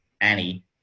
Annie